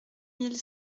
mille